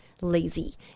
lazy